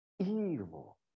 evil